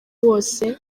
bose